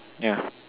yeah